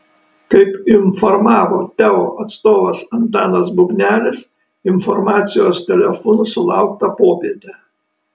kaip informavo teo atstovas antanas bubnelis informacijos telefonu sulaukta popietę